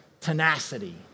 tenacity